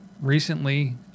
Recently